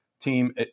team